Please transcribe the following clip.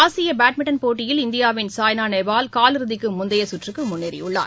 ஆசிய பேட்மிண்டன் போட்டியில் இந்தியாவின் சாய்னா நேவால் காலிறுதிக்கு முந்தைய சுற்றுக்கு முன்னேறியுள்ளார்